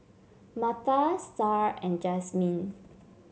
Martha Starr and Jazmin